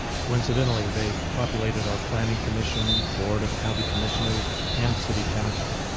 coincidentally they populated our planning commission, board of county commissioners and city council.